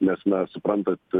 nes na suprantat